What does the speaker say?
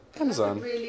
Amazon